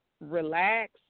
relax